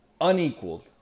Unequaled